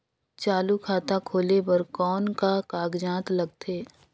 चालू खाता खोले बर कौन का कागजात लगथे?